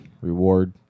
reward